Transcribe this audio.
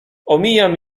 omijam